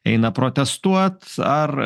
eina protestuot ar